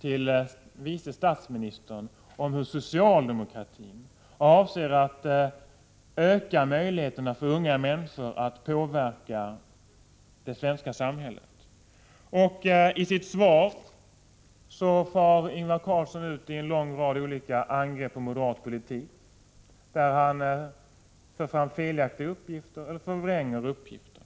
till vice statsministern om hur socialdemokraterna avser att öka unga människors möjligheter att påverka det svenska samhället. Men i svaret far Ingvar Carlsson ut i en lång rad angrepp på moderat politik. Han för fram felaktiga uppgifter eller förvränger uppgifter.